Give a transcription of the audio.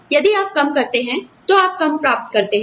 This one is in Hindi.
यदि आप कम करते हैं तो आप कम प्राप्त करते हैं